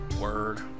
Word